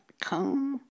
come